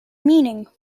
meaning